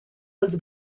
pels